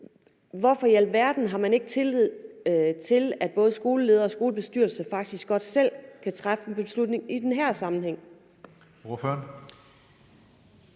var en mulighed, så ikke har tillid til, at både skoleledere og skolebestyrelser faktisk selv godt selv kan træffe en beslutning i den her sammenhæng?